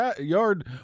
yard